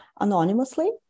anonymously